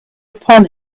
upon